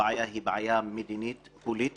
הבעיה היא בעיה מדינית פוליטית,